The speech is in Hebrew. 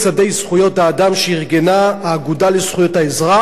זכויות האדם שארגנה האגודה לזכויות האזרח,